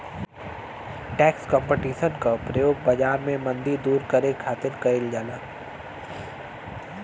tax competition क प्रयोग बाजार में मंदी दूर करे खातिर कइल जाला